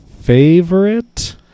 favorite